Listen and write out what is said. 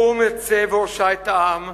קום, צא והושע את העם,